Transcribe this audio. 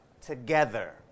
together